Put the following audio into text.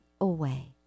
away